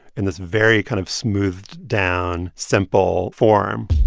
in this very kind of smoothed-down, simple form